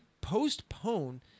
postpone